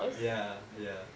ya ya